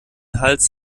hals